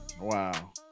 Wow